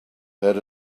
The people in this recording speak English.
had